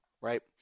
right